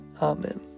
Amen